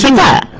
that